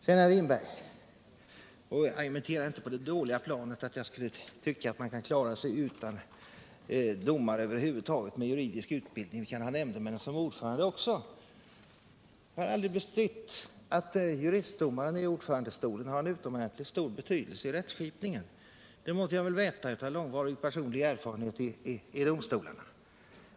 Sedan, herr Winberg, argumentera inte på det dåliga planet att jag skulle tycka att man skulle kunna klara sig utan domare med juridisk utbildning och ha nämndemän såsom ordförande. Jag har aldrig bestridit att juristdomaren i ordförandestolen har en utomordentligt stor betydelse i rättsskipningen. Det måste jag väl veta genom långvarig personlig erfarenhet från domstolarna.